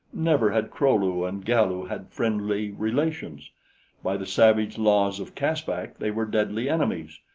never had kro-lu and galu had friendly relations by the savage laws of caspak they were deadly enemies,